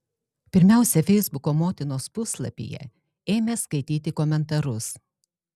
pirmiausia feisbuko motinos puslapyje ėmė skaityti komentarus